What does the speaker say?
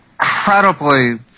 incredibly